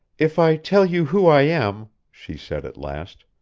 if i tell you who i am, she said at last,